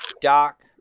Doc